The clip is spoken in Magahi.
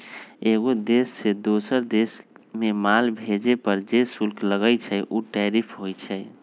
एगो देश से दोसर देश मे माल भेजे पर जे शुल्क लगई छई उ टैरिफ होई छई